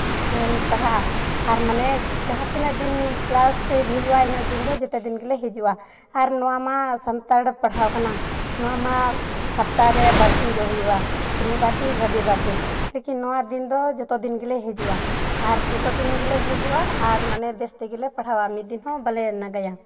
ᱯᱟᱲᱦᱟᱜᱼᱟ ᱟᱨ ᱢᱟᱱᱮ ᱡᱟᱦᱟᱸ ᱛᱤᱱᱟᱹᱜ ᱫᱤᱱ ᱠᱞᱟᱥ ᱦᱩᱭᱜᱼᱟ ᱩᱱᱟᱹᱜ ᱫᱤᱱ ᱫᱚ ᱡᱮᱛᱮ ᱫᱤᱱ ᱜᱮᱞᱮ ᱦᱤᱡᱩᱜᱼᱟ ᱟᱨ ᱱᱚᱣᱟᱢᱟ ᱥᱟᱱᱛᱟᱲ ᱯᱟᱲᱦᱟᱣ ᱠᱟᱱᱟ ᱱᱚᱣᱟᱢᱟ ᱥᱟᱯᱛᱟ ᱦᱚᱸᱨᱮ ᱵᱟᱨᱥᱤᱧ ᱜᱮ ᱦᱩᱭᱩᱜᱼᱟ ᱥᱚᱱᱤᱵᱟᱨ ᱫᱤᱱ ᱨᱚᱵᱤᱵᱟᱨ ᱫᱤᱱ ᱞᱮᱠᱤᱱ ᱱᱚᱣᱟ ᱫᱤᱱ ᱫᱚ ᱡᱚᱛᱚ ᱫᱤᱱ ᱜᱮᱞᱮ ᱦᱤᱡᱩᱜᱼᱟ ᱟᱨ ᱡᱚᱛᱚ ᱫᱤᱱ ᱜᱮᱞᱮ ᱦᱤᱡᱩᱜᱼᱟ ᱟᱨ ᱢᱟᱱᱮ ᱵᱮᱥ ᱛᱮᱜᱮ ᱞᱮ ᱯᱟᱲᱦᱟᱣᱟ ᱱᱤᱫ ᱫᱤᱱ ᱦᱚᱸ ᱵᱟᱞᱮ ᱱᱟᱜᱟᱭᱟ